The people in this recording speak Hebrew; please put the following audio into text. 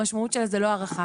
המשמעות שלה זה לא הארכה,